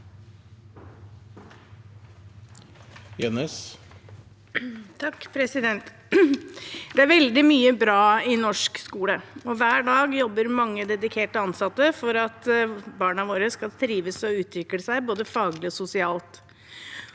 Det er veldig mye bra i norsk skole. Hver dag jobber mange dedikerte ansatte for at barna våre skal trives og utvikle seg både faglig og sosialt.